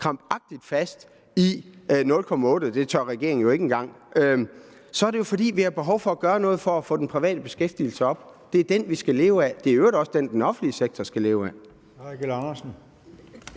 krampagtigt fast i 0,8 pct. – og det tør regeringen jo ikke engang – er, at vi har behov for at gøre noget for at få den private beskæftigelse op. Det er den, vi skal leve af. Det er i øvrigt også den, den offentlige sektor skal leve af.